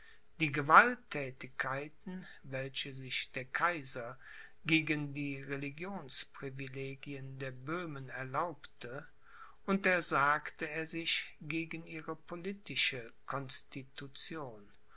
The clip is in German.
die gewaltthätigkeiten welche sich der kaiser gegen die religionsprivilegien der böhmen erlaubte untersagte er sich gegen ihre politische